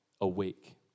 awake